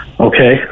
Okay